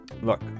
look